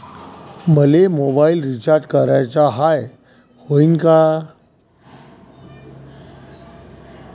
मले mobile recharge कराचा हाय, होईनं का?